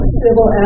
civil